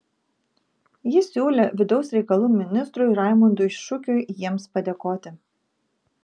ji siūlė vidaus reikalų ministrui raimundui šukiui jiems padėkoti